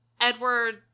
Edward